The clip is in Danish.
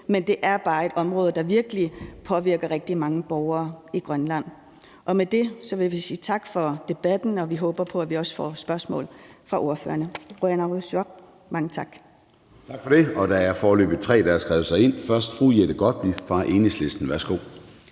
men det er bare et område, der virkelig påvirker rigtig mange borgere i Grønland. Med det vil vi sige tak for debatten, og vi håber på, at vi også får spørgsmål fra ordførerne. Qujanarsuaq (mange tak). Kl. 11:27 Formanden (Søren Gade): Tak for det. Der er foreløbig tre, der har skrevet sig ind. Først er det fru Jette Gottlieb fra Enhedslisten. Værsgo.